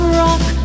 rock